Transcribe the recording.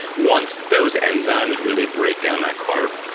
once those enzymes really break down that carb,